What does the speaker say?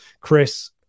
Chris